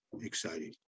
exciting